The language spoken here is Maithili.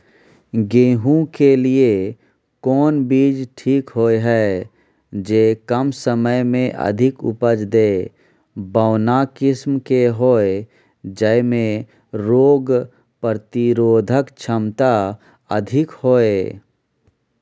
गेहूं के लिए कोन बीज ठीक होय हय, जे कम समय मे अधिक उपज दे, बौना किस्म के होय, जैमे रोग प्रतिरोधक क्षमता अधिक होय?